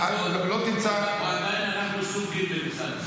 או שאנחנו עדיין סוג ג' עם סנקציות?